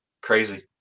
Crazy